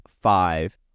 five